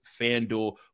FanDuel